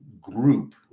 group